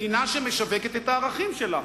מדינה שמשווקת את הערכים שלה.